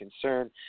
concern